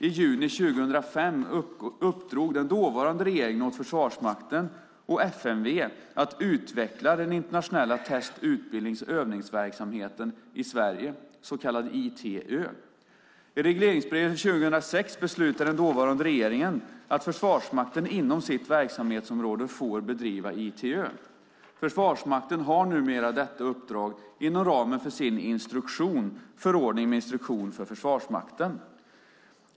I juni 2005 uppdrog den dåvarande regeringen åt Försvarsmakten och FMV att utveckla den internationella test-, utbildnings och övningsverksamheten i Sverige, så kallad ITÖ. I regleringsbrevet för 2006 beslutade den dåvarande regeringen att Försvarsmakten inom sitt verksamhetsområde får bedriva ITÖ. Försvarsmakten har numera detta uppdrag inom ramen för sin instruktion, förordningen med instruktion för Försvarsmakten.